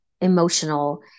emotional